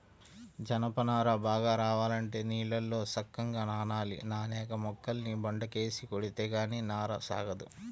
జనప నార బాగా రావాలంటే నీళ్ళల్లో సక్కంగా నానాలి, నానేక మొక్కల్ని బండకేసి కొడితే గానీ నార సాగదు